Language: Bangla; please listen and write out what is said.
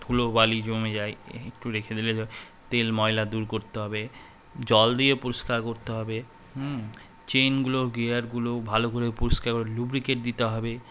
ধুলো বালি জমে যায় একটু রেখে দিলে তেল ময়লা দূর করতে হবে জল দিয়ে পরিষ্কার করতে হবে হুম চেনগুলো গিয়ারগুলো ভালো করে পরিষ্কার করে লুব্রিকেট দিতে হবে